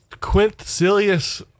Quintilius